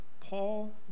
Paul